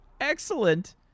Excellent